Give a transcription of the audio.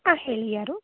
ಹಾಂ ಹೇಳಿ ಯಾರು